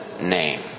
name